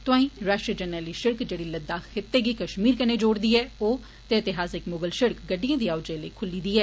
तोआई राष्ट्रीय जरनैली सिड़क जेडी लद्दाख खित्ते गी कश्मीर कन्नै जोड़दी ऐ ओ ते ऐतिहासिक मुगल सिड़क गड्डिएं दी आओ जाई लेई खुल्ली दी ऐ